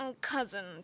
cousin